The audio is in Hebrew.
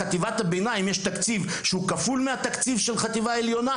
לחטיבת הביניים יש תקציב כפול מהתקציב של חטיבה עליונה,